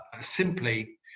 simply